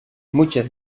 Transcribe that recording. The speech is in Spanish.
muchas